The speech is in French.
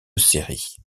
série